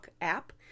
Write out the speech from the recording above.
app